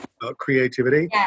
Creativity